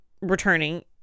returning